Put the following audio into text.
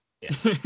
Yes